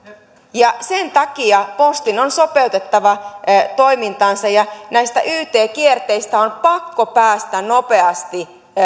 ja sen takia postin on sopeutettava toimintaansa ja näistä yt kierteistä on pakko päästä nopeasti